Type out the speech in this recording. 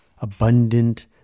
abundant